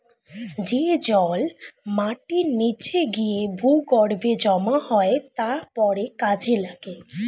যে জল মাটির নিচে গিয়ে ভূগর্ভে জমা হয় তা পরে কাজে লাগে